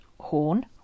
horn